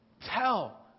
tell